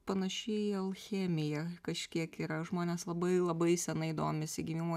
panaši į alchemiją kažkiek yra žmonės labai labai senai domisi gimimo